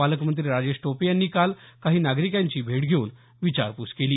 पालकमंत्री राजेश टोपे यांनी काल काही नागरिकांची भेट घेऊन विचारपूस केली